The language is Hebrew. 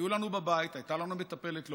הייתה לנו מטפלת בבית,